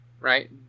right